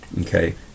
okay